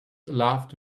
laughed